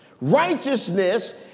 Righteousness